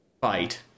fight